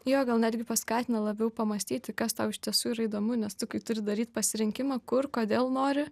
jo gal netgi paskatina labiau pamąstyti kas tau iš tiesų yra įdomu nes tu kai turi daryt pasirinkimą kur kodėl nori